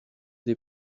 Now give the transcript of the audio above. des